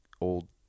old